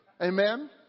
Amen